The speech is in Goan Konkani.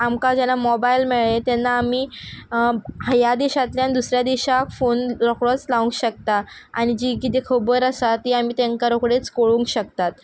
आमकां जेन्ना मॉबायल मेळ्ळें तेन्ना आमी ह्या देशांतल्यान दुसऱ्या देशाक फोन रोखडोच लावं शकता आनी जी कितें खबर आसा ती आमी तेंकां रोखडीच कोळोंक शकतात